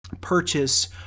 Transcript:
purchase